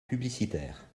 publicitaires